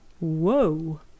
Whoa